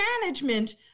management